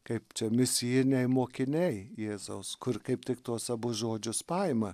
kaip čia misijiniai mokiniai jėzaus kur kaip tik tuos abu žodžius paima